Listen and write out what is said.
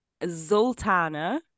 Zoltana